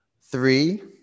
three